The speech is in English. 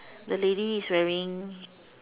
the lady is wearing